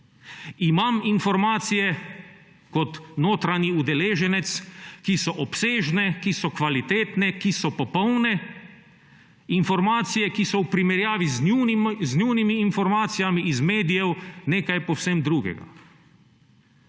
Imam informacije kot notranji udeleženec, ki so obsežne, ki so kvalitetne, ki so popolne, informacije, ki so v primerjavi z njunimi informacijami iz medijev nekaj povsem drugega.